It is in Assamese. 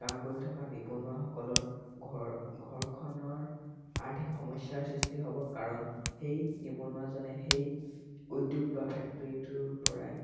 কাম কৰি থকা নিবনুৱাসকলৰ ঘৰ ঘৰখনৰ আৰ্থিক সমস্যাৰ সৃষ্টি হ'ব কাৰণ সেই নিবনুৱাজনে সেই উদ্যোগ বা ফেক্ট্ৰিটোৰ পৰাই